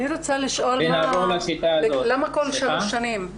אני רוצה לשאול למה כל שלוש שנים.